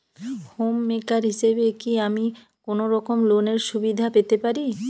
Home maker হিসেবে কি আমি কোনো রকম লোনের সুবিধা পেতে পারি?